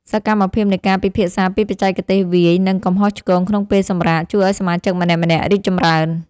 សកម្មភាពនៃការពិភាក្សាពីបច្ចេកទេសវាយ និងកំហុសឆ្គងក្នុងពេលសម្រាក ជួយឱ្យសមាជិកម្នាក់ៗរីកចម្រើន។